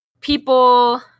people